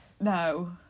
no